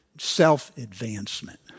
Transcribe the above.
Self-advancement